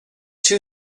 two